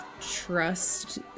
trust